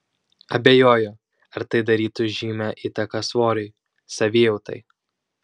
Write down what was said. abejoju ar tai darytų žymią įtaką svoriui savijautai